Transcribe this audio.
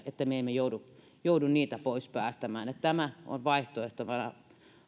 toivon että me emme joudu joudu heitä pois päästämään tämä on